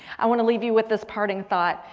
i wanna leave you with this parting thought.